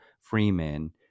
freeman